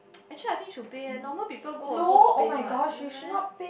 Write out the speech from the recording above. actually I think should pay eh normal people go also pay what no meh